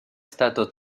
stato